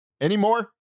anymore